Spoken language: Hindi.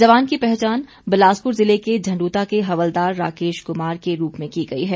जवान की पहचान बिलासपुर जिले के झण्डूता के हवलदार राकेश कुमार के रूप में की गई है